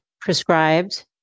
Prescribed